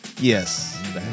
Yes